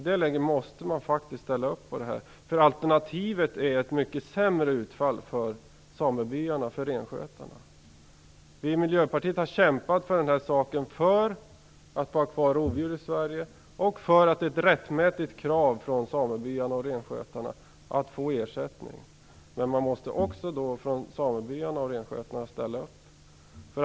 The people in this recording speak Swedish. Man måste faktiskt ställa upp på detta, eftersom alternativet är ett mycket sämre utfall för samebyarna och renskötarna. Vi i Miljöpartiet har kämpat för den här saken - för att ha kvar rovdjur i Sverige och för att det är ett rättmätigt krav från samebyarna och renskötarna att få ersättning. Men då måste samebyarna och renskötarna också ställa upp.